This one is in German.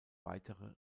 weitere